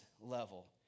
level